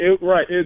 right